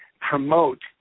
promote